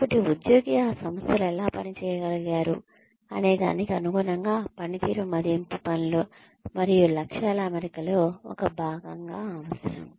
కాబట్టి ఉద్యోగి ఆ సంస్థలో ఎలా పని చేయగలిగారు అనేదానికి అనుగుణంగాపనితీరు మదింపు పనులు మరియు లక్ష్యాల అమరికలో ఒక భాగంగా అవసరం